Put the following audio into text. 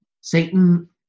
Satan